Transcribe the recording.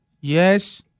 Yes